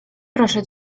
proszę